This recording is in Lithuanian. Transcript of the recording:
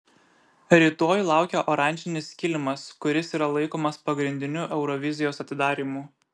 rytoj laukia oranžinis kilimas kuris yra laikomas pagrindiniu eurovizijos atidarymu